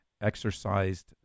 exercised